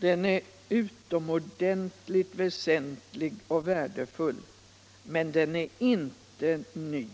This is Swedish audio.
Den är utomordentligt väsentlig och värdefull, men den är inte ny.